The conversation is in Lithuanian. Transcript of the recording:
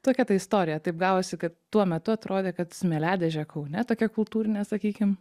tokia ta istorija taip gavosi kad tuo metu atrodė kad smėliadėžė kaune tokia kultūrinė sakykim